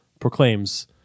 proclaims